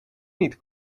niet